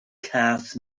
cath